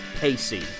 pacey